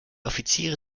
offiziere